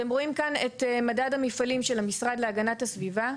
אתם רואים כאן את מדד המפעלים של המשרד להגנת הסביבה.